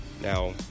Now